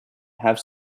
have